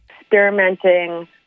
experimenting